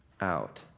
out